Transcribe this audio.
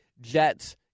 Jets